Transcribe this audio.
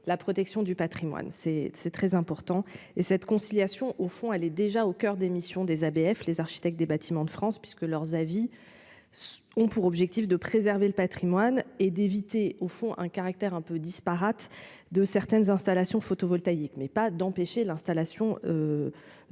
la protection du Patrimoine c'est c'est très important et cette conciliation, au fond, elle est déjà au coeur des missions des ABF les Architectes des Bâtiments de France, puisque leurs avis ont pour objectif de préserver le Patrimoine et d'éviter au fond un caractère un peu disparates de certaines installations photovoltaïques, mais pas d'empêcher l'installation